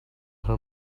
her